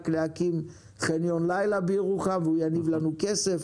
להקים חניון לילה בירוחם והוא יניב לנו כסף,